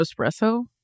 espresso